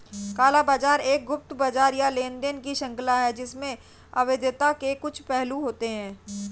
काला बाजार एक गुप्त बाजार या लेनदेन की श्रृंखला है जिसमें अवैधता के कुछ पहलू होते हैं